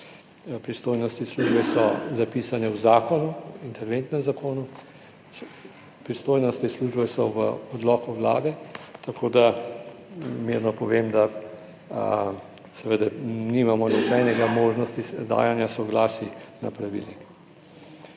pristojnosti službe so zapisane v zakonu, v interventnem zakonu, pristojnosti službe so v odloku Vlade, tako da mirno povem, da seveda nimamo nobene možnosti dajanja soglasij na pravilnik.